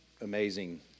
amazing